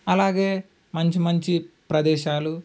అలాగే మంచి మంచి ప్రదేశాలు